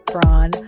Braun